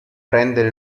prende